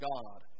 God